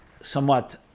somewhat